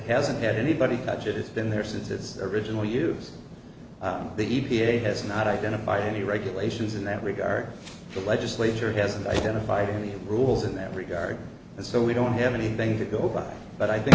hasn't had anybody that it's been there since its original use the e p a has not identified any regulations in that regard the legislature hasn't identified any rules in that regard and so we don't have anything to go by but i think